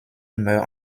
meurt